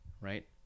Right